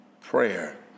prayer